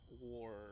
war